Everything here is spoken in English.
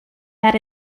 that